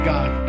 God